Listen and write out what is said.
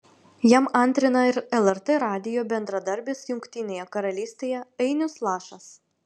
jam antrina ir lrt radijo bendradarbis jungtinėje karalystėje ainius lašas